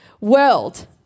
world